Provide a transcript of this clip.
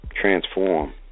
transform